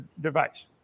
device